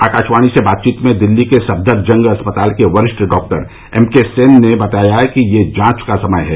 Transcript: आकाशवाणी से बातचीत में दिल्ली के सफदरजंग अस्पताल के वरिष्ठ डॉक्टर एम के सेन ने बताया यह जांच का समय है